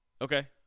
Okay